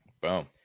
Boom